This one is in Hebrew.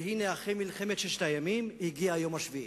והנה, אחרי מלחמת ששת הימים, הגיע היום השביעי,